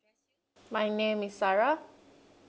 my name is sarah